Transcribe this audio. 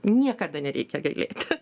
niekada nereikia gailėti